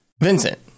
Vincent